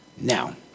Now